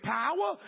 power